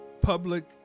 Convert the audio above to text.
public